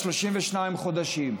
ל-32 חודשים.